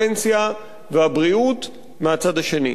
הפנסיה והבריאות מהצד השני.